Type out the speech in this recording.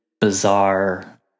bizarre